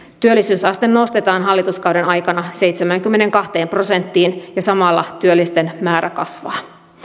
työllisyysaste nostetaan hallituskauden aikana seitsemäänkymmeneenkahteen prosenttiin ja samalla työllisten määrä kasvaa